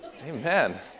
Amen